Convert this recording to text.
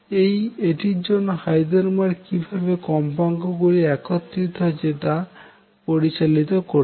এই এটির জন্য হাইজেনবার্গ কিভাবে কম্পাঙ্ক গুলি একত্রিত হচ্ছে তা পরিচালিত করছে